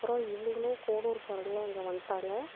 அப்புறம் இவங்களும் கோனூர் காரங்களும் இங்கே வந்ட்டாங்க